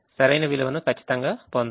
సరైన విలువను కచ్చితంగా పొందాలి